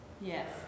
Yes